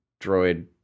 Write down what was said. droid